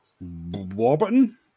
Warburton